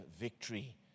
victory